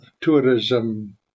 tourism